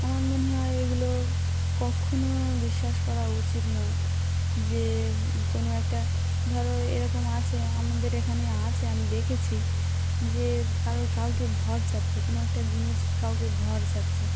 আমার মনে হয় এগুলো কখনো বিশ্বাস করা উচিত নয় যে কোনো একটা ধরো এরকম আছে আমাদের এখানে আছে আমি দেখেছি যে কারো কাউকে ভর চাপছে কোনো একটা জিনিস কাউকে ভর চাপছে